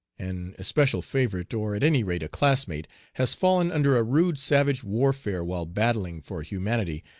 an especial favorite, or at any rate a classmate, has fallen under a rude savage warfare while battling for humanity,